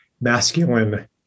masculine